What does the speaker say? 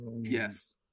Yes